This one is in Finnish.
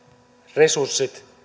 resurssit